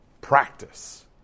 practice